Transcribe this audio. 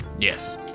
Yes